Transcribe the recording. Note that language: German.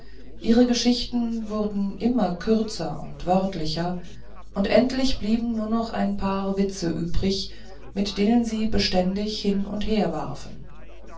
ihre geschichten wurden immer kürzer und wörtlicher und endlich blieben noch ein paar witze übrig mit denen sie beständig hin und her warfen